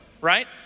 right